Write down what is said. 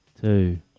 two